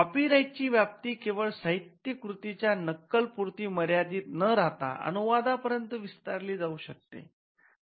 कॉपीराइटची व्याप्ती केवळ साहित्यकृतींच्या नक्कल पुरती मर्यादित न राहता अनुवादापर्यंत विस्तारली जाऊ शकते